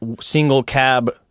single-cab